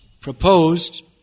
proposed